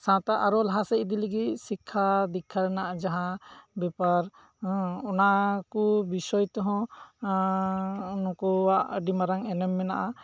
ᱥᱟᱶᱛᱟ ᱟᱨᱚ ᱞᱟᱦᱟᱥᱮᱫ ᱤᱫᱤ ᱞᱟᱹᱜᱤᱫ ᱥᱤᱠᱠᱷᱟ ᱫᱤᱠᱠᱷᱟ ᱨᱮᱱᱟᱜ ᱡᱟᱦᱟᱸ ᱵᱮᱯᱟᱨ ᱚᱱᱟ ᱠᱚ ᱵᱤᱥᱚᱭ ᱛᱮᱦᱚᱸ ᱱᱩᱠᱩᱣᱟᱜ ᱟᱹᱰᱤ ᱢᱟᱨᱟᱝ ᱮᱱᱮᱢ ᱢᱮᱱᱟᱜᱼᱟ